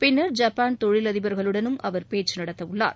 பின்னர் ஜப்பான் தொழிலதிபர்களுடனும் அவர் பேச்சு நடத்தவுள்ளார்